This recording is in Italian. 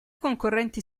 concorrenti